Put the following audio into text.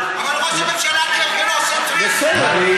נכון, זה מה שהוא